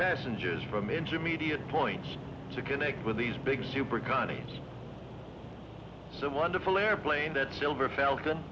passengers from intermediate points to connect with these big super economies the wonderful airplane that silver falcon